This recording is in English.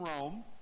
Rome